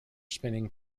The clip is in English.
spinning